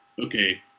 okay